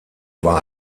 war